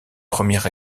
premières